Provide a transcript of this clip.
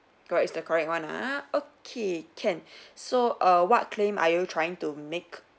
correct it's the correct one ah okay can so err what claim are you trying to make